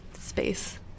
space